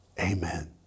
amen